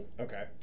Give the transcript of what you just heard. Okay